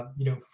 ah you know,